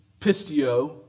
pistio